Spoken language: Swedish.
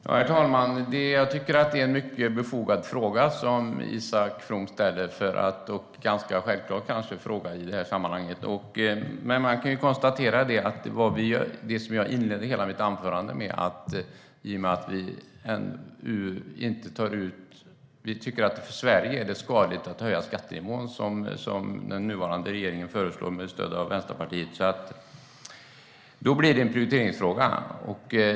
Herr talman! Det är en mycket befogad och i sammanhanget ganska självklar fråga som Isak From ställer. Jag inledde mitt anförande med att konstatera att vi tycker att det är skadligt för Sverige att höja skattenivån på det sätt som den nuvarande regeringen föreslår med stöd av Vänsterpartiet. Det är alltså en prioriteringsfråga.